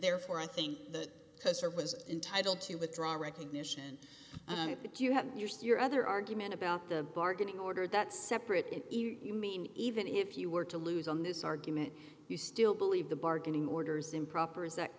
therefore i think the poster was entitled to withdraw recognition do you have yours your other argument about the bargaining order that separate you mean even if you were to lose on this argument you still believe the bargaining orders improper is that